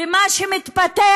ומה שמתפתח,